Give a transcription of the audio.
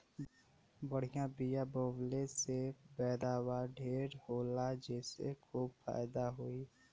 बढ़िया बिया बोवले से पैदावार ढेर होला जेसे खूब फायदा होई